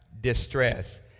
distress